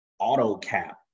AutoCap